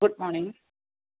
good morning